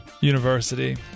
university